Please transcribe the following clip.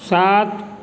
सात